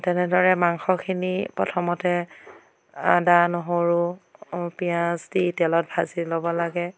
তেনেদৰে মাংসখিনি প্ৰথমতে আদা নহৰু পিয়াঁজ দি তেলত ভাজি ল'ব লাগে